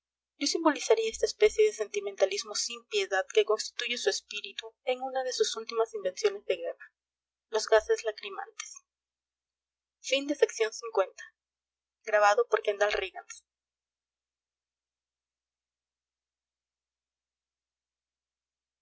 yo simbolizaría esta especie de sentimentalismo sin piedad que constituye su espíritu en una de sus últimas invenciones de guerra los gases lacrimantes iii